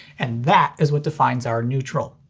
and that is what defines our neutral.